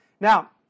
Now